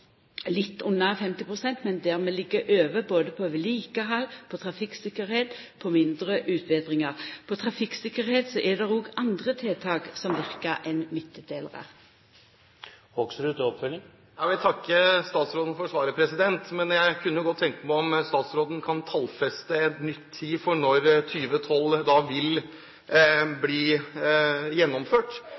litt under 50 pst., men der vi ligg over både på vedlikehald, på trafikktryggleik og på mindre utbetringar. På trafikktryggleiken er det òg andre tiltak enn midtdelarar som verkar. Jeg vil takke statsråden for svaret, men jeg kunne jo godt tenke meg å få vite om statsråden kan tallfeste en ny tid for når Ruteplan 2012 vil bli gjennomført,